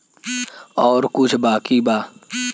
और कुछ बाकी बा?